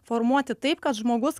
formuoti taip kad žmogus